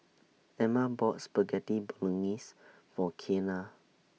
Emma bought Spaghetti Bolognese For Kianna